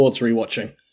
rewatching